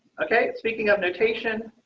okay. speaking of notation,